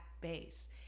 base